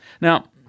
Now